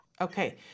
Okay